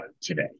today